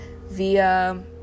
via